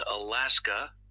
Alaska